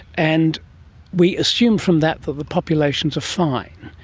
and we assume from that that the populations are fine.